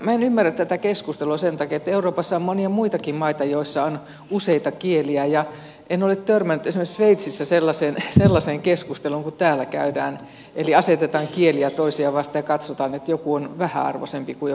minä en ymmärrä tätä keskustelua sen takia että euroopassa on monia muitakin maita joissa on useita kieliä ja en ole törmännyt esimerkiksi sveitsissä sellaiseen keskusteluun kuin täällä käydään eli asetetaan kieliä toisia vastaan ja katsotaan että joku on vähäarvoisempi kuin joku toinen